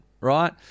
right